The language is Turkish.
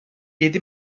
yedi